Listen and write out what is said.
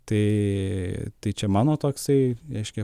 tai tai čia mano toksai reiškia